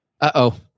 Uh-oh